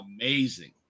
amazing